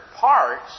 parts